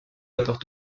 vapeurs